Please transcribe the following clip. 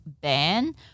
ban